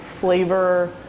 flavor